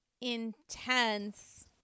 intense